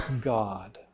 God